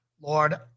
Lord